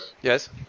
Yes